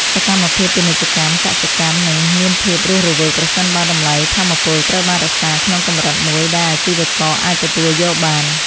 សកម្មភាពពាណិជ្ជកម្មកសិកម្មនឹងមានភាពរស់រវើកប្រសិនបើតម្លៃថាមពលត្រូវបានរក្សាក្នុងកម្រិតមួយដែលអាជីវករអាចទទួលយកបាន។